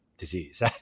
Disease